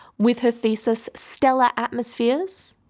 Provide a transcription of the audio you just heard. with her thesis stellar atmospheres,